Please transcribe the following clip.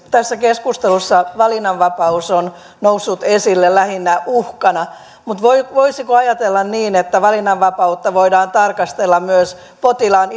tässä keskustelussa valinnanvapaus on noussut esille lähinnä uhkana mutta voisiko ajatella niin että valinnanvapautta voidaan tarkastella myös potilaan